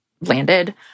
landed